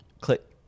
click